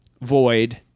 void